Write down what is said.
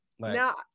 Now